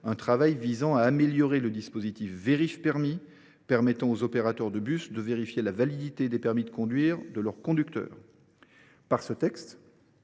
un travail visant à améliorer le dispositif Vérif permis, qui permet aux opérateurs de bus de vérifier la validité des permis de conduire de leurs conducteurs. Ce texte